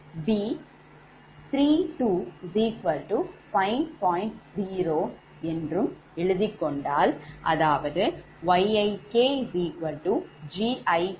களை எடுத்துக் கொண்டால் அதாவது Yik Gik 𝑗Bik